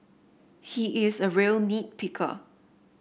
he is a real nit picker